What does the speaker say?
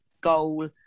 goal